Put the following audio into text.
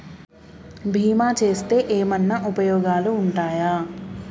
బీమా చేస్తే ఏమన్నా ఉపయోగాలు ఉంటయా?